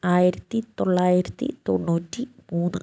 ആയിരത്തിത്തൊള്ളായിരത്തി തൊണ്ണൂറ്റി മൂന്ന്